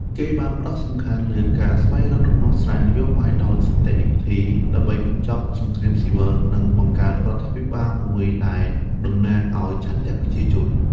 គេបានផ្តោតសំខាន់លើការស្វែងរកដំណោះស្រាយនយោបាយដោយសន្តិវិធី ដើម្បីបញ្ចប់សង្គ្រាមស៊ីវិល និងបង្កើតរដ្ឋាភិបាលមួយដែលតំណាងឱ្យឆន្ទៈប្រជាជន។